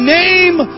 name